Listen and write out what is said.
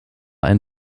ein